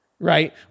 right